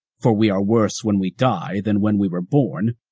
for we are worse when we die than when we were born,